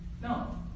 No